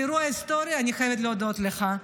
זה אירוע היסטורי, אני חייבת להודות לך.